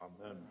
amen